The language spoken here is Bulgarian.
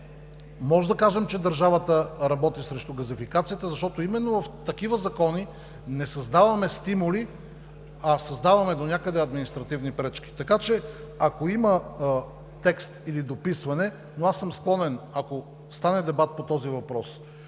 може да кажем, че държавата работи срещу газификацията, защото именно в такива закони не създаваме стимули, а създаваме донякъде административни пречки. Така че, ако има текст или дописване, но аз съм склонен, ако стане дебат по този въпрос